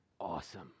Awesome